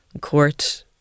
Court